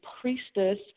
Priestess